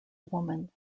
woman